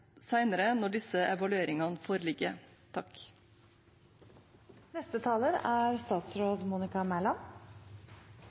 når disse evalueringene foreligger.